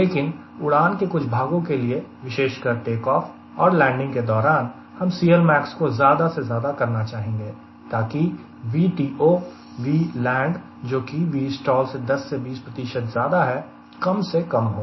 लेकिन उड़ान के कुछ भागों के लिए विशेषकर टेक ऑफ और लैंडिंग के दौरान हम CLmax को ज्यादा से ज्यादा करना चाहेंगे ताकि VTO Vland जो कि Vstall से 10 से 20 ज्यादा है कम से कम हो